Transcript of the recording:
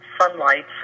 Sunlight